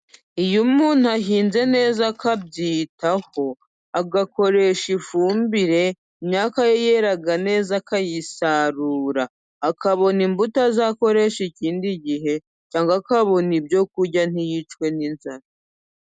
Iyo umuntu ahinze neza akabyitaho agakoresha ifumbire, imyaka ye yera neza akayisarura akabona imbuto azakoresha ikindi gihe, akabona ibyo kurya ntiyicwa n'inzara.